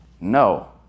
No